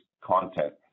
content